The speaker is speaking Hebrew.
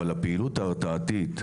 אבל הפעילות ההרתעתית,